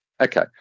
Okay